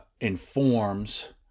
informs